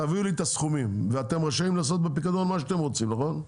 תביאו לי את הסכומים ואתם רשאים לעשות בפיקדון מה שאתם רוצים אבל...